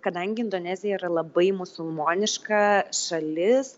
kadangi indonezija yra labai musulmoniška šalis